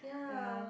ya